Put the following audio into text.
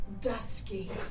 dusky